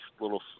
little